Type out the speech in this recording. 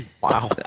wow